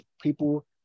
people